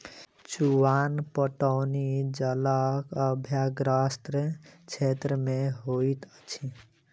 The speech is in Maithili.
चुआन पटौनी जलक आभावग्रस्त क्षेत्र मे होइत अछि